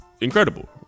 Incredible